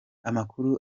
amakuru